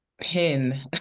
pin